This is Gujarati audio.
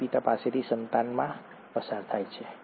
માતાપિતા પાસેથી સંતાનમાં પસાર થાય છે